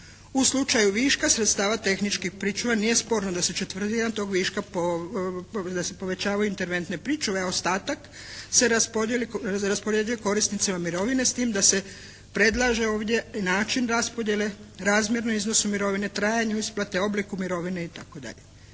U slučaju viška sredstava tehničkih pričuva nije sporno da se četvrtina tog viška, da se povećavaju interventne pričuve, a ostatak se raspoređuje korisnicima mirovine s tim da se predlaže ovdje i način raspodjele razmjerno iznosu mirovine, trajanju isplate, obliku mirovine itd.